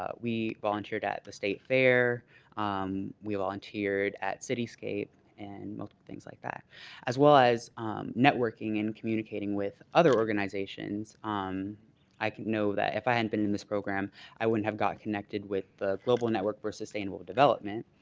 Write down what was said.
ah we volunteered at the state fair um we volunteered at cityscape and multiple things like that as well as networking and communicating with other organizations um i can know that if i hadn't been in this program i wouldn't have got connected with the global network for sustainable development